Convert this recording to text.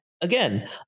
again